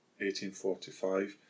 1845